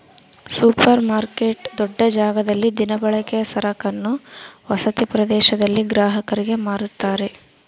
super market ದೊಡ್ಡ ಜಾಗದಲ್ಲಿ ದಿನಬಳಕೆಯ ಸರಕನ್ನು ವಸತಿ ಪ್ರದೇಶದಲ್ಲಿ ಗ್ರಾಹಕರಿಗೆ ಮಾರುತ್ತಾರೆ